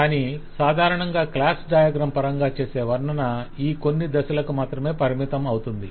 కానీ సాధారణంగా class diagram పరంగా చేసే వర్ణన ఈ కొన్ని దశలకు మాత్రమే పరిమితం అవుతుంది